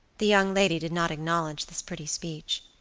the young lady did not acknowledge this pretty speech,